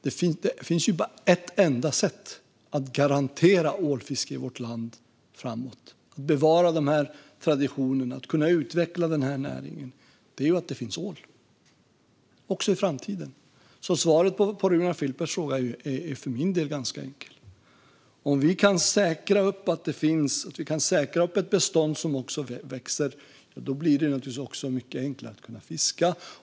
Det finns bara ett enda sätt att garantera ålfiske i vårt land framöver för att kunna bevara traditionerna och kunna utveckla näringen. Det är att det finns ål också i framtiden. Svaret på Runar Filpers fråga är alltså för min del ganska enkelt. Om vi kan säkra ett bestånd som också växer blir det mycket enklare att fiska.